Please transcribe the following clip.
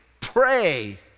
pray